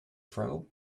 travel